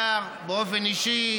אתה באופן אישי,